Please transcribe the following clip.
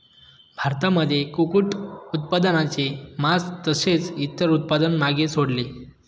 भारतामध्ये कुक्कुट उत्पादनाने मास तसेच इतर उत्पादन मागे सोडले